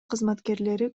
кызматкерлери